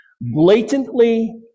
blatantly